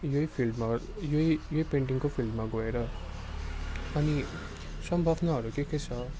यही फिल्डमा यही यही पेन्टिङको फिल्डमा गएर अनि सम्भावनाहरू के के छ